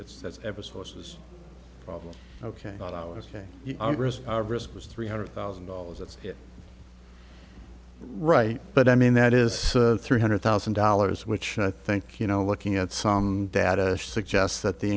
it's ever sources problem ok ok it was three hundred thousand dollars that's right but i mean that is three hundred thousand dollars which i think you know looking at some data suggests that the